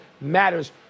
matters